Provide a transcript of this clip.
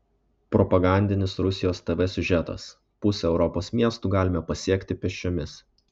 propagandinis rusijos tv siužetas pusę europos miestų galime pasiekti pėsčiomis